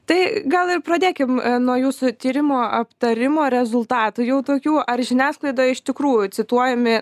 tai gal ir pradėkim nuo jūsų tyrimo aptarimo rezultatų jau tokių ar žiniasklaidoje iš tikrųjų cituojami